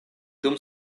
dum